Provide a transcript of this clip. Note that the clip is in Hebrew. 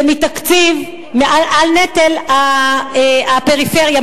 זה מהנטל על הפריפריה,